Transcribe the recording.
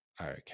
Okay